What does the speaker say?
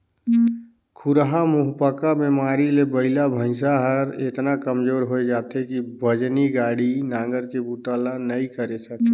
खुरहा मुहंपका बेमारी ले बइला भइसा हर एतना कमजोर होय जाथे कि बजनी गाड़ी, नांगर के बूता ल नइ करे सके